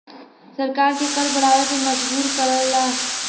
सरकार के कर बढ़ावे पे मजबूर करला